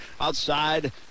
outside